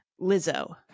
Lizzo